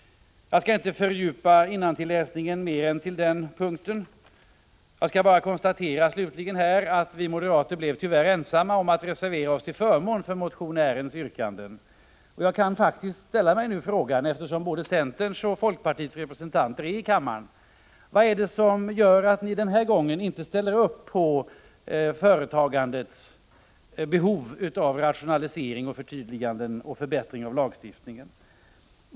Jag skall inte fördjupa mig i innantilläsning mer än så. Jag skall bara slutligen konstatera, att vi moderater tyvärr blev ensamma om att reservera oss till förmån för motionärens yrkanden. Jag kan nu ställa en fråga, eftersom både centerns och folkpartiets representanter är i kammaren: Vad är det som gör att ni den här gången inte ställer upp på företagandets behov av rationaliseringar och förtydliganden och förbättringar av lagstiftningen?